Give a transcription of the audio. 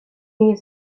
nie